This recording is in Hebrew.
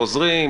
חוזרים,